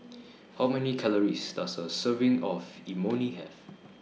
How Many Calories Does A Serving of Imoni Have